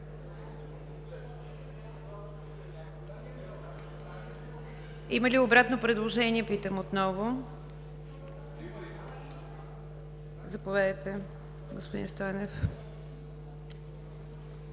Има ли обратно предложение, питам отново? Заповядайте, господин Стойнев.